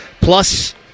plus